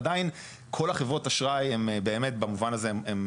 עדיין כל החברות אשראי הן באמת במובן הזה הן